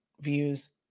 views